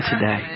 today